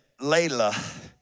Layla